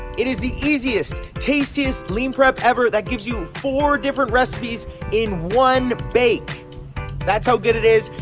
it is the easiest tastiest lean prep ever that gives you four different recipes in one bake that's how good it is.